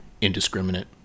indiscriminate